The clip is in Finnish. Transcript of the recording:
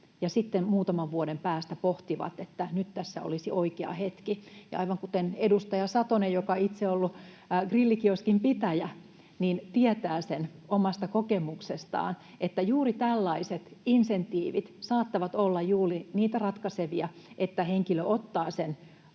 sitten muutaman vuoden päästä pohtivat, että nyt tässä olisi oikea hetki. Aivan kuten edustaja Satonen, joka itse on ollut grillikioskin pitäjä, tietää sen omasta kokemuksestaan, juuri tällaiset insentiivit saattavat olla juuri niitä ratkaisevia seikkoja, että henkilö ottaa sen